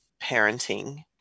parenting